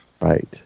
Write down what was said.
Right